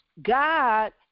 God